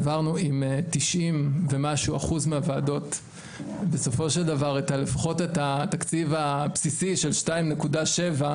ב-90% ומשהו מהוועדות העברנו לפחות את התקציב הבסיסי של 2.7%,